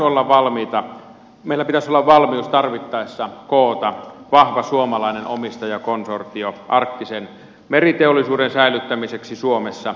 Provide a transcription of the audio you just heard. minun mielestäni meillä pitäisi olla valmius tarvittaessa koota vahva suomalainen omistajakonsortio arktisen meriteollisuuden säilyttämiseksi suomessa